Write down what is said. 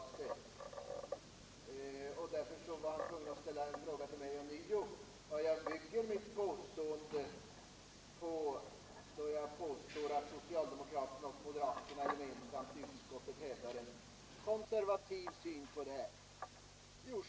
Herr Fagerlund ansåg kanske därför att han var tvungen att ånyo fråga mig vad jag byggde på, då jag påstod att socialdemokraterna och moderaterna gemensamt i utskottet hävdar en konservativ syn på dessa frågor.